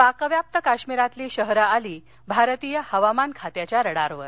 पाकव्याप्त काश्मिरातील शहरं आली भारतीय हवामान खात्याच्या रडारवर